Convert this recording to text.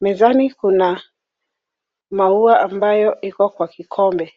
Mezani kuna maua ambayo iko kwa kikombe.